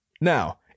Now